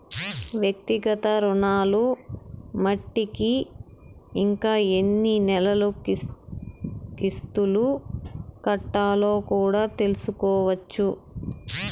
వ్యక్తిగత రుణాలు మట్టికి ఇంకా ఎన్ని నెలలు కిస్తులు కట్టాలో కూడా తెల్సుకోవచ్చు